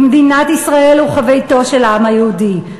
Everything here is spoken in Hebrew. כמדינת ישראל וכביתו של העם היהודי,